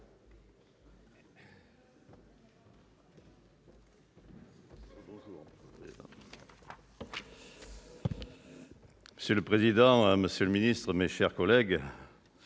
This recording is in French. Monsieur le président, monsieur le ministre, mes chers collègues,